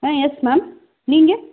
ஆ yes ma'am நீங்கள்